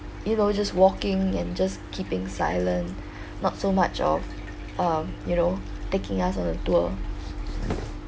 you know just walking and just keeping silent not so much of um you know taking us on a tour